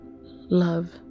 Love